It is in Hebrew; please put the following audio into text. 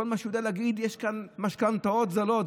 כל מה שהוא יודע להגיד זה שיש כאן משכנתאות זולות,